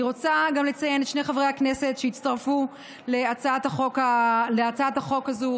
אני רוצה גם לציין את שני חברי הכנסת שהצטרפו להצעת החוק הזו,